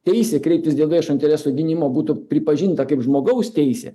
teisė kreiptis dėl viešo intereso gynimo būtų pripažinta kaip žmogaus teisė